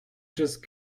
just